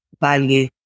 value